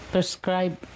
Prescribe